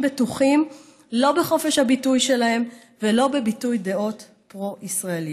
בטוחים לא בחופש הביטוי שלהם ולא בביטוי דעות פרו-ישראליות.